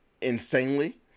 insanely